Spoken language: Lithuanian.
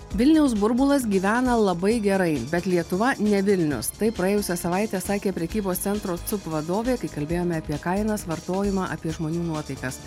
vilniaus burbulas gyvena labai gerai bet lietuva ne vilnius tai praėjusią savaitę sakė prekybos centro cup vadovė kai kalbėjome apie kainas vartojimą apie žmonių nuotaikas